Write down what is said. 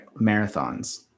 marathons